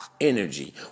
energy